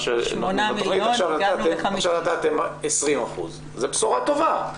שנותנים בתכנית עכשיו נתתם 20%. זו בשורה טובה.